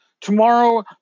tomorrow